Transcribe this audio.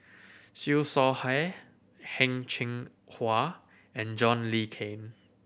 Siew Shaw Her Heng Cheng Hwa and John Le Cain